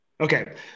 Okay